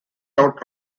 out